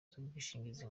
z’ubwishingizi